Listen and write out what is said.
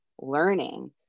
learning